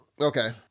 okay